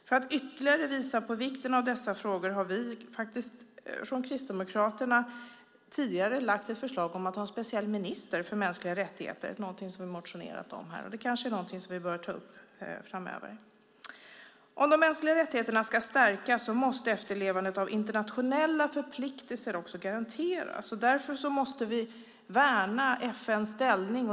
För att ytterligare visa på vikten av dessa frågor har vi från Kristdemokraterna tidigare lagt fram ett förslag om att ha en speciell minister för mänskliga rättigheter, någonting som vi har motionerat om. Det kanske är någonting som vi bör ta upp framöver. Om de mänskliga rättigheterna ska stärkas måste efterlevnaden av internationella förpliktelser också garanteras. Därför måste vi värna FN:s ställning.